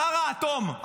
שר האטום,